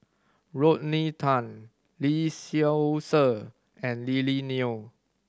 Rodney Tan Lee Seow Ser and Lily Neo